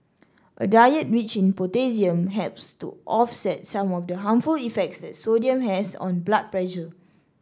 a diet rich in potassium helps to offset some of the harmful effects that sodium has on blood pressure